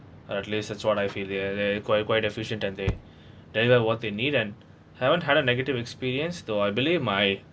or at least that's what I feel ya they're quite quite efficient and they deliver what they need and haven't had a negative experience though I believe my